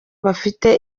bafite